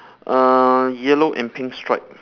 uh yellow and pink stripe